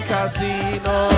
Casino